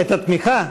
את התמיכה?